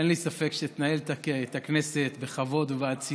אין לי ספק שתנהל את הכנסת בכבוד ובאצילות,